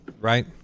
Right